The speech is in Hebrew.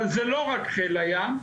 אבל זה לא רק חיל הים,